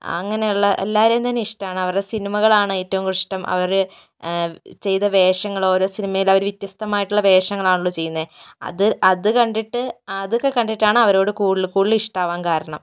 അങ്ങനെയുള്ള എല്ലാവരേയും തന്നെ ഇഷ്ടമാണ് അവരുടെ സിനിമകളാണ് ഏറ്റവും കൂടുതല് ഇഷ്ടം അവര് ചെയ്ത വേഷങ്ങള് ഓരോ സിനിമയിലും അവര് വ്യത്യസ്തമായിട്ടുള്ള വേഷങ്ങള് ആണല്ലോ ചെയ്യുന്നത് അത് അത് കണ്ടിട്ട് അതൊക്കെ കണ്ടിട്ടാണ് അവരോടു കൂടുതല് കൂടുതല് ഇഷ്ടമാവാന് കാരണം